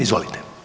Izvolite.